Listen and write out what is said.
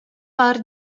war